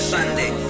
Sunday